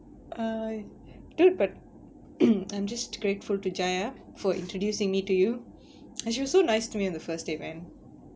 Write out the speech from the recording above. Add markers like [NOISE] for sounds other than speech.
I dude but [COUGHS] I'm just grateful to jaya for introducing me to you as you were so nice to me on the first day man